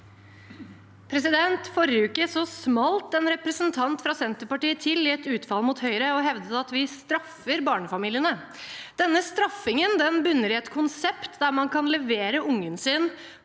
Forrige uke smalt en representant fra Senterpartiet til i et utfall mot Høyre og hevdet at vi straffer barnefamiliene. Denne straffingen bunner i et konsept der man kan levere ungen sin